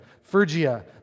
Phrygia